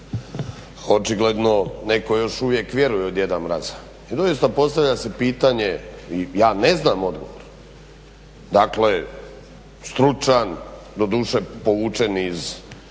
Očigledno još uvijek netko vjeruje u Djeda Mraza. I doista postavlja se pitanje i ja ne znam odgovor dakle stručan, doduše povučen iz